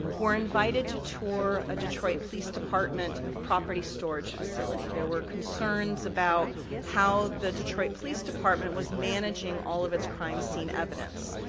were invited to tour a detroit police department property storage facility. there were concerns about how the detroit police department was managing all of its crime scene evidence.